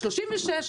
36,